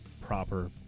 proper